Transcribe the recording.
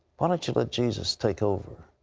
why dont you let jesus take over,